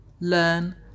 learn